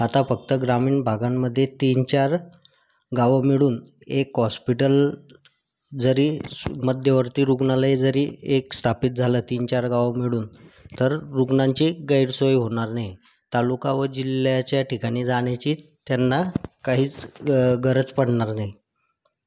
आता फक्त ग्रामीण भागांमध्ये तीनचार गावं मिळून एक हॉस्पिटल जरी मध्यवर्ती रुग्णालय जरी एक स्थापित झालं तीनचार गाव मिळून तर रुग्णांची गैरसोय होणार नाही तालुका व जिल्ह्याच्या ठिकाणी जाण्याची त्यांना काहीच ग गरज पडणार नाही